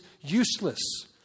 useless